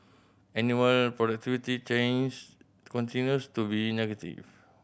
annual change continues to be negative